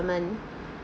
government